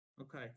Okay